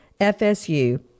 FSU